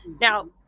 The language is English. Now